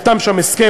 נחתם שם הסכם.